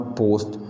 post